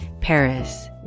Paris